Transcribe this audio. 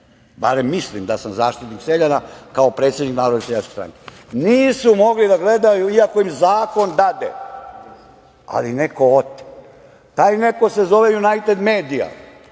barem mislim da sam zaštitnik seljana kao predsednik Narodne seljačke stranke, nisu mogli da gledaju iako im zakon dade, ali neko ote. Taj neko se zove „Junajted medija“